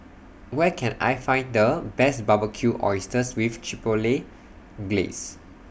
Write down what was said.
Where Can I Find The Best Barbecued Oysters with Chipotle Glaze